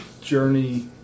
journey